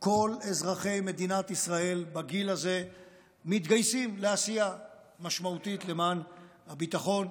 כל אזרחי מדינת ישראל בגיל הזה מתגייסים לעשייה משמעותית למען הביטחון,